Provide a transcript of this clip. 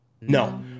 No